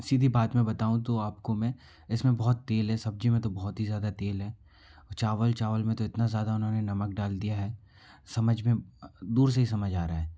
सीधी बात मैं बताऊँ तो आप को मैं इस में बहुत तेल है सब्ज़ी में तो बहुत ही ज़्यादा तेल है औ चावल चावल में तो इतना ज़्यादा उन्होंने नमक डाल दिया है समझ में दूर से ही समझ आ रहा है